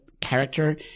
character